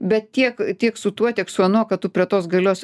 bet tiek tiek su tuo tiek su anuo kad tu prie tos galios